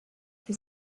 has